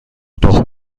تخم